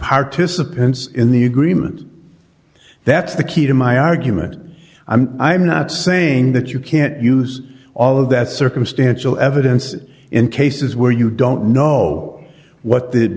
participants in the agreement that's the key to my argument i'm not saying that you can't use all of that circumstantial evidence in cases where you don't know what the